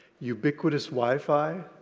ubiquitous wi-fi,